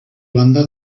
banda